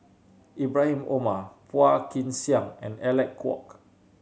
Ibrahim Omar Phua Kin Siang and Alec Kuok